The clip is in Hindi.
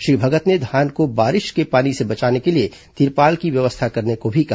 श्री भगत ने धान को बारिश के पानी से बचाने के लिए तिरपाल की व्यवस्था करने को भी कहा